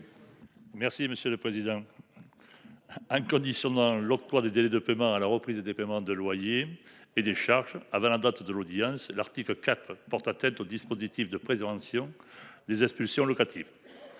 Merci monsieur le président. Hein conditionnant l'octroi des délais de paiement à la reprise des paiements de loyers et des charges avant la date de l'audience l'article quatre porte atteinte au dispositif de présomption des expulsions locatives.